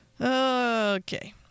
Okay